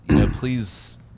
please